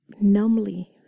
numbly